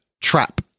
trap